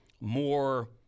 more